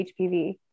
HPV